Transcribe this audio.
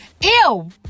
Ew